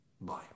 bye